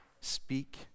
speak